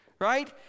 right